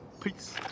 Peace